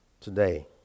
today